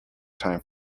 time